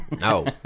No